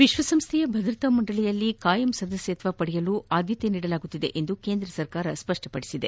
ವಿಶ್ವಸಂಸ್ಥೆಯ ಭದ್ರತಾ ಮಂಡಳಿಯಲ್ಲಿ ಕಾಯಂ ಸದಸ್ಟತ್ವ ಪಡೆಯಲು ಆದ್ದತೆ ನೀಡಲಾಗುತ್ತಿದೆ ಎಂದು ಕೇಂದ್ರ ಸರಕಾರ ಸ್ವಷ್ಟಪಡಿಸಿದೆ